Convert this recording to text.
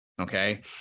Okay